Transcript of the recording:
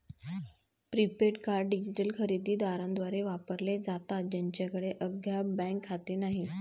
prepaid card digital खरेदी दारांद्वारे वापरले जातात ज्यांच्याकडे अद्याप बँक खाते नाही